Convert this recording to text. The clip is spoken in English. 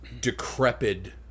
decrepit